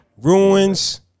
ruins